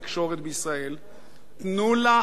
תנו לה את התנאים הראויים.